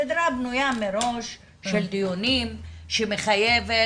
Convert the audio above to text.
סדרה בנויה מראש של דיונים שמחייבת